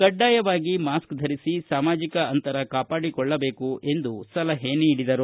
ಕಡ್ಡಾಯವಾಗಿ ಮಾಸ್ಕ್ ಧರಿಸಿ ಸಾಮಾಜಿಕ ಅಂತರ ಕಾಪಾಡಿಕೊಳ್ಳಬೇಕು ಎಂದು ಸಲಹೆ ನೀಡಿದರು